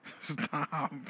Stop